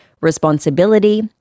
responsibility